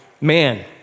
man